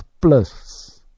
Plus